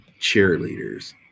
Cheerleaders